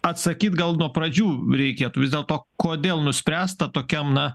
atsakyt gal nuo pradžių reikėtų vis dėlto kodėl nuspręsta tokiam na